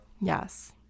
Yes